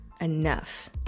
enough